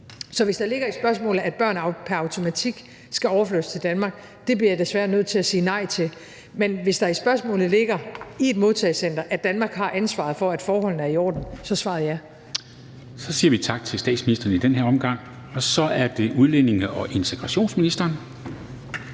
Så hvis der ligger i spørgsmålet, at børn pr. automatik skal overflyttes til Danmark, bliver jeg desværre nødt til at sige nej. Men hvis der i spørgsmålet ligger, at Danmark i et modtagecenter har ansvaret for, at forholdene i orden, er svaret ja. Kl. 11:02 Formanden (Henrik Dam Kristensen): Så siger vi tak til statsministeren i den her omgang. Og så er det udlændinge- og integrationsministeren.